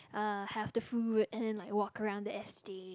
uh have the food and then like walk around the estate